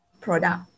product